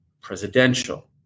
presidential